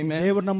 Amen